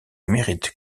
mérite